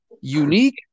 unique